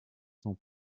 sans